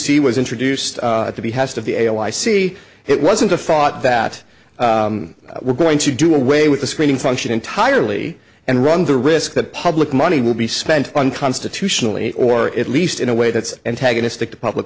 see was introduced to be has to be a lie see it wasn't a fought that we're going to do away with the screening function entirely and run the risk that public money will be spent on constitutionally or at least in a way that's antagonistic to public